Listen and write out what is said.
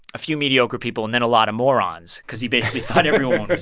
a few mediocre people and then a lot of morons cause he basically thought everyone